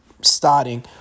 starting